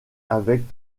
avec